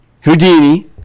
Houdini